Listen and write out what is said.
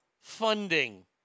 funding